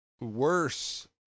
Worse